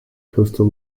coastal